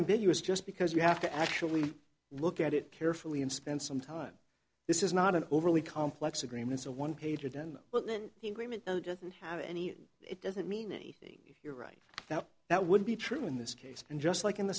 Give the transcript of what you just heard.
ambiguous just because you have to actually look at it carefully and spend some time this is not an overly complex agreements or one page or ten but then he doesn't have any it doesn't mean anything here right now that would be true in this case and just like in the